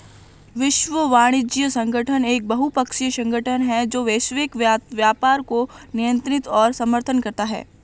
विश्व वाणिज्य संगठन एक बहुपक्षीय संगठन है जो वैश्विक व्यापार को नियंत्रित और समर्थन करता है